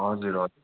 हजुर हजुर